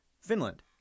Finland